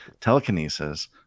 telekinesis